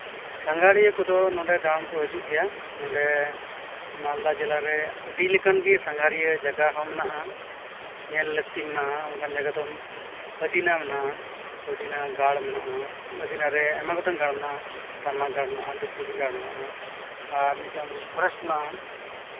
ᱥᱟᱸᱜᱷᱟᱨᱤᱭᱟᱹ ᱠᱚᱫᱚ ᱱᱚᱸᱰᱮ ᱫᱟᱬᱟᱱ ᱠᱚ ᱦᱤᱡᱩᱜ ᱜᱮᱭᱟ ᱱᱚᱸᱰᱮ ᱢᱟᱞᱫᱟ ᱡᱮᱞᱟ ᱨᱮ ᱟᱹᱰᱤ ᱞᱮᱠᱟᱱ ᱜᱮ ᱥᱟᱸᱜᱷᱟᱨᱤᱭᱟᱹ ᱡᱟᱭᱜᱟ ᱦᱚᱸ ᱢᱮᱱᱟᱜᱼᱟ ᱧᱮᱞ ᱞᱟᱹᱠᱛᱤ ᱢᱮᱱᱟᱜᱼᱟ ᱚᱱᱠᱟᱱ ᱡᱟᱭᱜᱟ ᱫᱚ ᱟᱹᱫᱤᱱᱟ ᱢᱮᱱᱟᱜᱼᱟ ᱟᱹᱫᱤᱱᱟ ᱜᱟᱲ ᱢᱮᱱᱟᱜᱼᱟ ᱟᱹᱫᱤᱱᱟ ᱨᱮ ᱟᱭᱢᱟ ᱜᱚᱴᱟᱝ ᱜᱟᱲ ᱢᱮᱱᱟᱜᱼᱟ ᱴᱟᱢᱟᱠ ᱜᱟᱲ ᱢᱮᱱᱟᱜᱼᱟ ᱰᱩᱵᱽᱼᱰᱩᱵᱤ ᱜᱟᱲ ᱢᱮᱱᱟᱜᱼᱟ ᱟᱨ ᱢᱤᱫᱴᱟᱝ ᱯᱷᱚᱨᱮᱥᱴ ᱢᱮᱱᱟᱜᱼᱟ